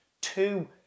two